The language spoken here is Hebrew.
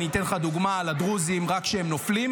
אני אתן לך דוגמה על הדרוזים: רק כשהם נופלים,